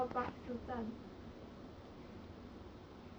okay lah house here [what] 有很多巴士站